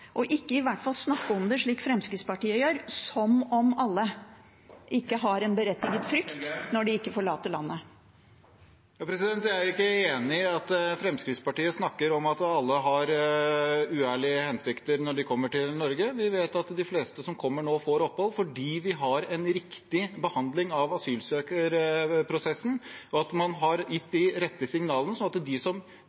fall ikke snakke om det slik Fremskrittspartiet gjør, som om alle som ikke forlater landet, ikke har en berettiget frykt. Jeg er ikke enig i at Fremskrittspartiet snakker om at alle har uærlige hensikter når de kommer til Norge. Vi vet at de fleste som kommer nå, får opphold, fordi vi har en riktig behandling av asylsøkerprosessen, og at man har gitt